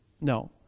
No